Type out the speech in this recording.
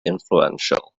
influential